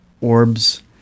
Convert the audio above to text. orbs